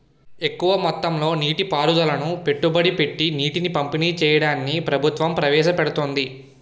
ఎక్కువ మొత్తంలో నీటి పారుదలను పెట్టుబడులు పెట్టీ నీటిని పంపిణీ చెయ్యడాన్ని ప్రభుత్వం ప్రవేశపెడుతోంది